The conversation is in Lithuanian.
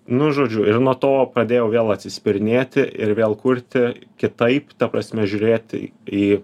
nu žodžiu ir nuo to pradėjau vėl atsispirinėti ir vėl kurti kitaip ta prasme žiūrėti į